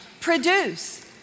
produce